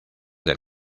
del